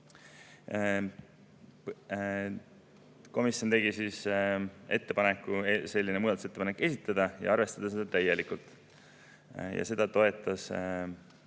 Komisjon tegi ettepaneku selline muudatusettepanek esitada ja arvestada seda täielikult. Seda toetas